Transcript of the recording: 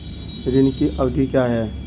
ऋण की अवधि क्या है?